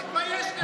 תתבייש לך.